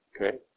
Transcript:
okay